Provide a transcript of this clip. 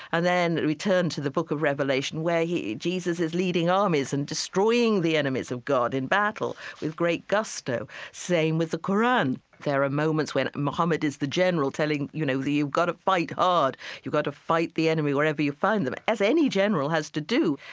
and then we turn to the book of revelation where jesus is leading armies and destroying the enemies of god in battle with great gusto same with the qur'an. there are moments when muhammad is the general telling, you know, you've got to fight hard. you've got to fight the enemy wherever you find them as any general has to do.